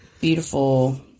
beautiful